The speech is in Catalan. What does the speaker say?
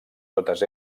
totes